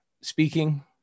speaking